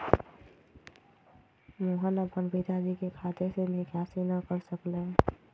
मोहन अपन पिताजी के खाते से निकासी न कर सक लय